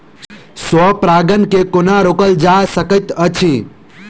स्व परागण केँ कोना रोकल जा सकैत अछि?